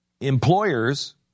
employers